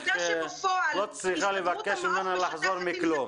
לא צריכה לבקש לחזור מכלום.